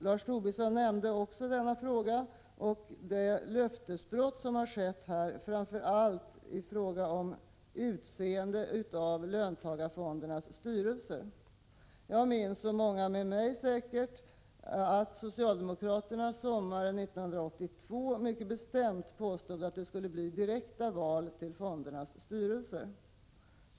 Lars Tobisson nämnde också denna fråga och det löftesbrott som här har skett, framför allt i fråga om utseende av löntagarfondernas styrelser. Jag minns, och säkert många med mig, att socialdemokraterna sommaren 1982 mycket bestämt påstod att det skulle bli direkta val till fondernas styrelser.